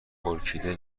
ارکیده